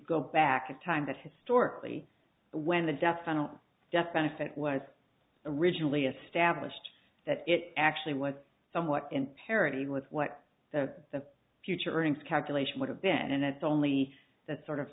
go back in time that historically when the death penalty or death benefit was originally established that it actually was somewhat imperative with what the future earnings calculation would have been and it's only that sort of